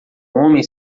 homem